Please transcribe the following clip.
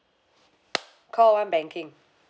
call one banking